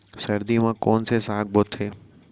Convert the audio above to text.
सर्दी मा कोन से साग बोथे?